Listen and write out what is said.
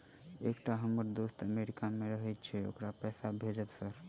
एकटा हम्मर दोस्त अमेरिका मे रहैय छै ओकरा पैसा भेजब सर?